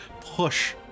push